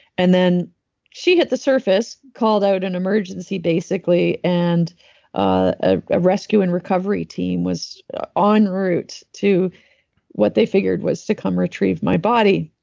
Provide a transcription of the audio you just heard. and then she hit the surface, called out an emergency basically, and a ah rescue and recovery team was on route to what they figured was to come retrieve my body.